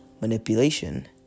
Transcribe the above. manipulation